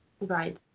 Right